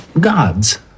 Gods